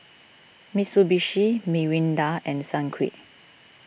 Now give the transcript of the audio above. Mitsubishi Mirinda and Sunquick